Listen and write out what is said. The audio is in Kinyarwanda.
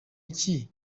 iki